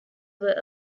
were